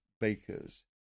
bakers